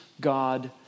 God